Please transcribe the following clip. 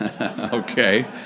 Okay